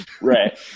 Right